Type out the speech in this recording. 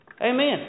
Amen